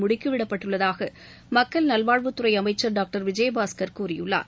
முடுக்கிவிடப்பட்டுள்ளதாக மக்கள் நல்வாழ்வுத் துறை அமைச்சர் டாக்டர் விஜயபாஸ்கர் கூறியுள்ளார்